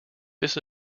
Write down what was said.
this